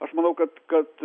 aš manau kad kad